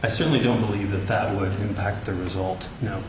i certainly don't believe that that would impact the result you know